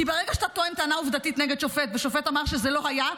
כי ברגע שאתה טוען טענה עובדתית נגד שופט ושופט טוען שזה לא היה,